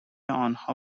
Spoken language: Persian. آنها